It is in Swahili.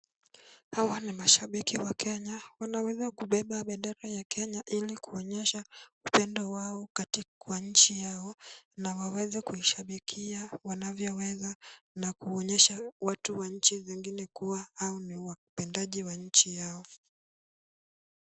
Hawa ni mashabiki wa Kenya, wanaweza kubeba bendera ya Kenya ili kuonyesha upendo wao kwa nchi yao na waweze kuishabikia wanavyoweza na kuonyesha watu wa nchi zingine kuwa wao ni wapendaji wa nchi yao.